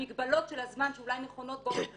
המגבלות של הזמן שאולי נכונות באופן כללי,